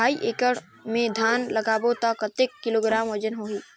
ढाई एकड़ मे धान लगाबो त कतेक किलोग्राम वजन होही?